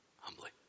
humbly